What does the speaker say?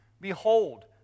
Behold